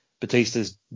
Batista's